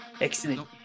Excellent